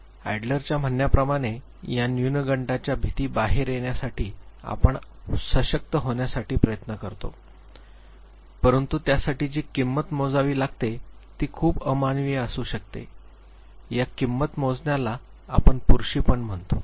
Adler च्या म्हणण्याप्रमाणे या न्यूनगंडाच्या भीती बाहेर येण्यासाठी आपण अधिकाधिक सशक्त होण्याचा प्रयत्न करतो परंतु त्यासाठी जी किंमत मोजावी लागते ती खूप अमानवीय असू शकते या किंमत मोजण्याला आपण पुरुषी पण म्हणतो